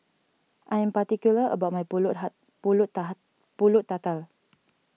I am particular about my Pulut Pulut Taha Pulut Tatal